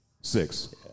Six